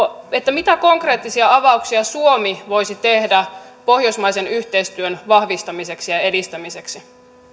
mitä konkreettisia avauksia suomi voisi tehdä pohjoismaisen yhteistyön vahvistamiseksi ja edistämiseksi